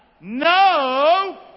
No